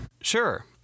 Sure